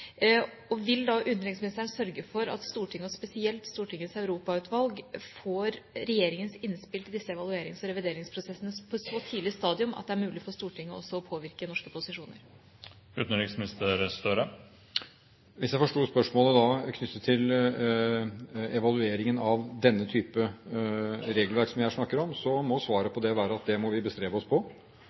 her. Vil da utenriksministeren sørge for at Stortinget, og spesielt Stortingets europautvalg, får regjeringens innspill til disse evaluerings- og revideringsprosessene på et så tidlig stadium at det er mulig for Stortinget også å påvirke norske posisjoner? Hvis jeg forsto spørsmålet knyttet til evalueringen av denne type regelverk som vi her snakker om, så må svaret på det være at det må vi bestrebe oss på,